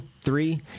three